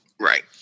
Right